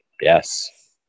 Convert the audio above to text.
Yes